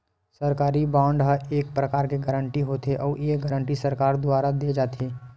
सरकारी बांड ह एक परकार के गारंटी होथे, अउ ये गारंटी सरकार दुवार देय जाथे